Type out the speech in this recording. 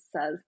says